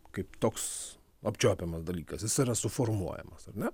kaip toks apčiuopiamas dalykas jis yra suformuojamas ar ne